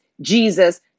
Jesus